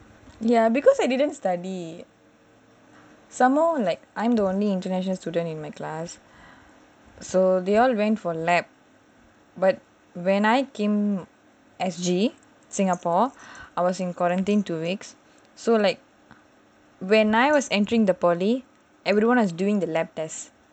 ya because I didn't study some more like I'm the only international student in my class so they all went for laboratory but when I came S_G singapore I was in quarantine two weeks so like when I was entering the polytechnic everyone is doing the laboratory tests